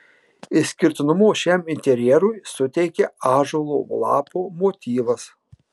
išskirtinumo šiam interjerui suteikia ąžuolo lapo motyvas